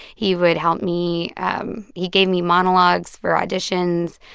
he would help me um he gave me monologues for auditions.